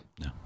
No